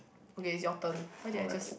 okay is your turn why did I just